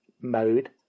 mode